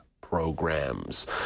programs